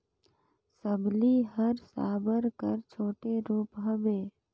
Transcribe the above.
सबली हर साबर कर छोटे रूप हवे